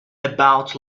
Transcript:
about